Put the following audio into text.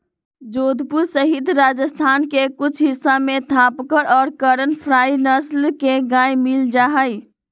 जोधपुर सहित राजस्थान के कुछ हिस्सा में थापरकर और करन फ्राइ नस्ल के गाय मील जाहई